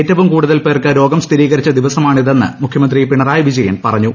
ഏറ്റവും കൂടുതൽ പേർക്ക് രോഗം ്സൂഥിരീകരിച്ച ദിവസമാണിതെന്ന് മുഖ്യമന്ത്രി പിണറായി പ്രിജ്യൻ പറഞ്ഞു